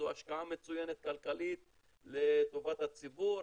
זו השקעה מצוינת כלכלית לטובת הציבור,